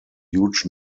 huge